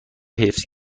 حفظ